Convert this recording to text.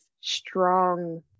strong